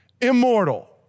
immortal